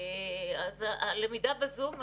הלמידה בזום,